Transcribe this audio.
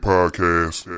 Podcast